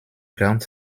ground